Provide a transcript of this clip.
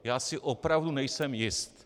Já si opravdu nejsem jist.